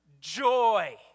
joy